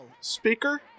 speaker